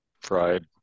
fried